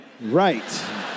Right